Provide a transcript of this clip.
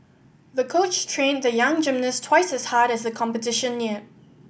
the coach trained the young gymnast twice as hard as the competition neared